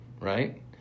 right